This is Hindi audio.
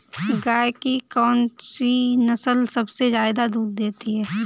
गाय की कौनसी नस्ल सबसे ज्यादा दूध देती है?